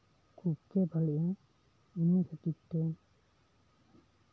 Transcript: ᱠᱷᱩᱵᱜᱮ ᱵᱷᱟᱞᱤᱜᱼᱟ ᱚᱱᱟ ᱠᱷᱟᱹᱛᱤᱨᱛᱮ